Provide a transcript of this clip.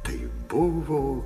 tai buvo